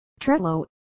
Trello